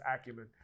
acumen